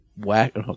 whack